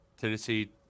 tennessee